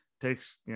takes